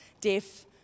deaf